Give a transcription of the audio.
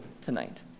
tonight